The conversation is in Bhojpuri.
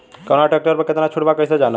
कवना ट्रेक्टर पर कितना छूट बा कैसे जानब?